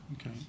Okay